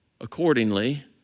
accordingly